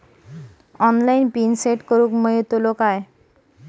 Online PIN set करूक मेलतलो काय?